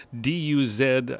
D-U-Z